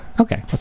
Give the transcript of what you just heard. Okay